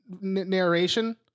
narration